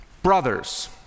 brothers